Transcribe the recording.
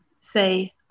say